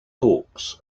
hawks